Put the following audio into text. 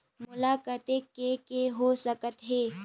मोला कतेक के के हो सकत हे?